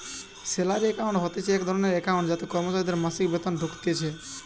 salary account হতিছে এক ধরণের একাউন্ট যাতে কর্মচারীদের মাসিক বেতন ঢুকতিছে